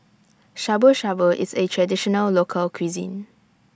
Shabu Shabu IS A Traditional Local Cuisine